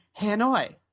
Hanoi